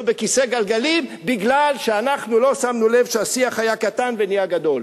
בכיסא גלגלים מפני שאנחנו לא שמנו לב שהשיח היה קטן ונהיה גדול.